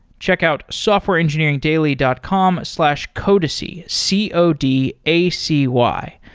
check out softwareengineeringdaily dot com slash codacy, c o d a c y.